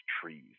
trees